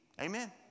Amen